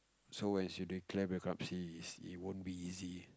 so as you declare bankruptcy is it won't be easy